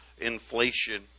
inflation